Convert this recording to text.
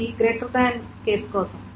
ఇది greater than case కోసం